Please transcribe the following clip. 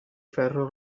ferro